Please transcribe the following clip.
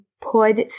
put